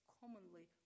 commonly